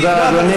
תודה, אדוני.